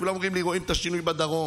כולם אומרים לי שרואים את השינוי בדרום,